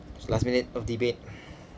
last minute of debate